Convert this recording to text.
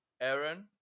Aaron